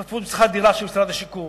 השתתפות בשכר דירה של משרד השיכון,